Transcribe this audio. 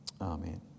Amen